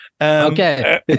okay